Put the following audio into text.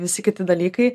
visi kiti dalykai